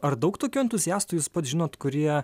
ar daug tokių entuziastų jūs pats žinot kurie